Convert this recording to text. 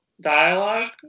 dialogue